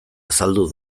azaldu